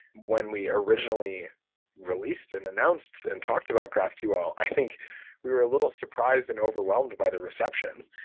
when we originally released and announced and talked about graphql, i think we were a little surprised and overwhelmed by the reception.